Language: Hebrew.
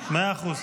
מאה אחוז.